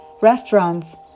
restaurants